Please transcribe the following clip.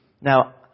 Now